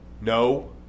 No